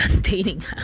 dating